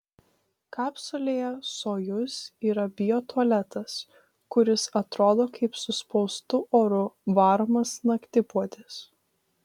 kapsulėje sojuz yra biotualetas kuris atrodo kaip suspaustu oru varomas naktipuodis